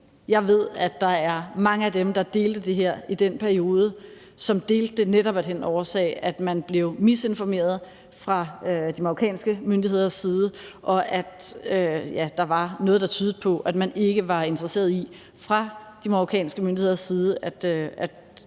jeg ved, at der er mange af dem, der delte det her i den periode, som gjorde det netop af den årsag, at man blev misinformeret fra de marokkanske myndigheders side, og at der var noget, der tydede på, at de marokkanske myndigheder ikke var